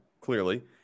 clearly